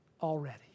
already